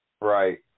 Right